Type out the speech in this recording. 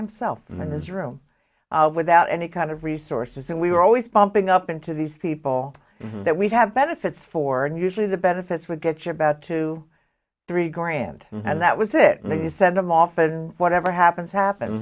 himself in this room without any kind of resources and we were always bumping up into these people that we have benefits for and usually the benefits would get you about two three grand and that was it and then you send them often whatever happens happens